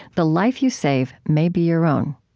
the life you save may be your own